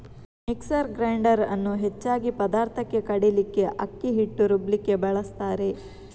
mixer grinder ಅನ್ನು ಹೆಚ್ಚಾಗಿ ಪದಾರ್ಥಕ್ಕೆ ಕಡೀಲಿಕ್ಕೆ, ಅಕ್ಕಿ ಹಿಟ್ಟು ರುಬ್ಲಿಕ್ಕೆ ಬಳಸ್ತಾರೆ